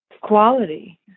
quality